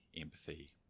empathy